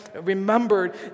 remembered